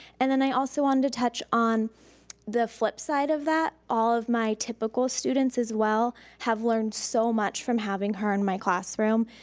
and then i also wanted to touch on the flip side of that, all of my typical students as well have learned so much from having her in my classroom.